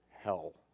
Hell